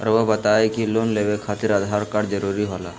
रौआ बताई की लोन लेवे खातिर आधार कार्ड जरूरी होला?